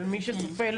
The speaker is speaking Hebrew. אבל מי שצופה,